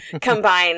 combine